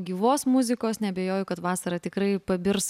gyvos muzikos neabejoju kad vasarą tikrai pabirs